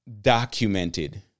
documented